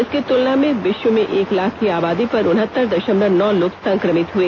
इसकी तुलना में विश्व में एक लाख की आबादी पर उनहत्तर दशमलव नौ लोग संक्रमित हुए